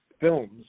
films